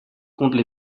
contre